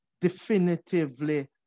definitively